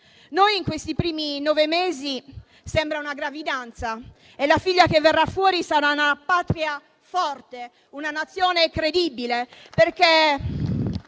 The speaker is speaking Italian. no. Questi primi nove mesi di Governo sembrano una gravidanza e la figlia che verrà fuori sarà una Patria forte, una Nazione credibile